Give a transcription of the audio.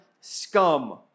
scum